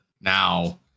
now